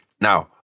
Now